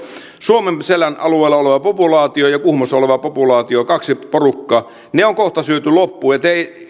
suomenselän alueella oleva populaatio ja kuhmossa oleva populaatio kaksi porukkaa on kohta syöty loppuun ja